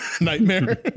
nightmare